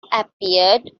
appeared